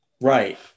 Right